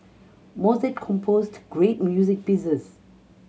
Mozart composed great music pieces